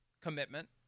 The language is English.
commitment